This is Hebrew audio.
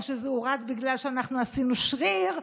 או שזה הורד בגלל שאנחנו עשינו שריר?